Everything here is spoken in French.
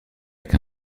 qu’un